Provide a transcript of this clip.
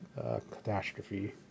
catastrophe